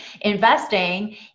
investing